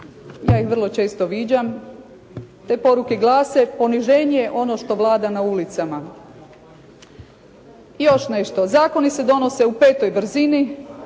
Ja ih vrlo često viđam. Te poruke glase, poniženje je ono što vlada na ulicama. I još nešto. Zakoni se donose u petoj brzini.